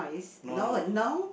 no no